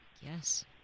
Yes